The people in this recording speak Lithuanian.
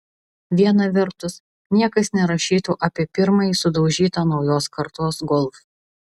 viena vertus niekas nerašytų apie pirmąjį sudaužytą naujos kartos golf